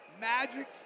Magic